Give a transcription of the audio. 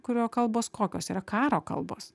kurio kalbos kokios yra karo kalbos